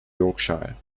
yorkshire